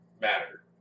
matter